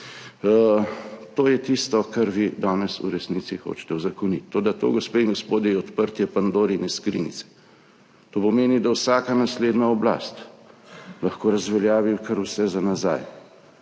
To je tisto, kar vi danes v resnici hočete uzakoniti. Toda to, gospe in gospodje, je odprtje Pandorine skrinjice. To pomeni, da vsaka naslednja oblast lahko razveljavi kar vse za nazaj,